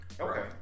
Okay